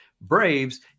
BRAVES